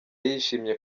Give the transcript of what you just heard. yishimye